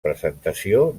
presentació